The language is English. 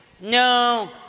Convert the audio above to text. No